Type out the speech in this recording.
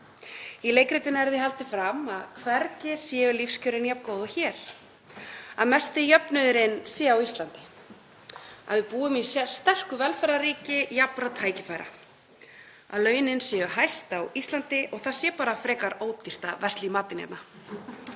Í leikritinu er því haldið fram að hvergi séu lífskjörin jafn góð og hér, að mesti jöfnuðurinn sé á Íslandi, að við búum í sterku velferðarríki jafnra tækifæra, að launin séu hæst á Íslandi og það sé bara frekar ódýrt að versla í matinn hérna,